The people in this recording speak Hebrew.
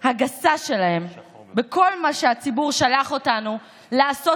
הגסה שלהם בכל מה שהציבור שלח אותנו לעשות,